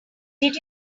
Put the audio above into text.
did